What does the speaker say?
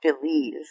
believe